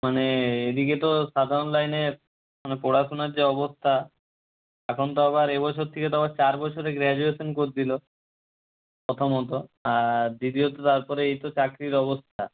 মানে এদিকে তো সাধারণ লাইনে মানে পড়াশোনার যা অবস্থা এখন তো আবার এ বছর থেকে তো আবার চার বছরে গ্র্যাজুয়েশান করে দিল প্রথমত আর দ্বিতীয়ত তারপরে এই তো চাকরির অবস্থা